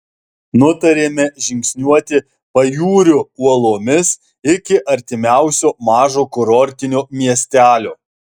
nutarėme žingsniuoti pajūriu uolomis iki artimiausio mažo kurortinio miestelio